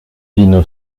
dino